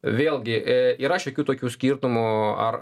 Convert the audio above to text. vėlgi i yra šiokių tokių skirtumų ar